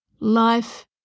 life